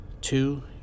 two